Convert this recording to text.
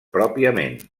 pròpiament